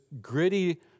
gritty